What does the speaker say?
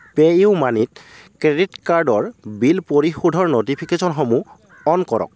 pay ইউ মানিত credit কাৰ্ডৰ বিল পৰিশোধৰ ন'টিফিকেশ্যনসমূহ অন কৰক